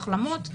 החלמות,